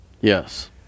Yes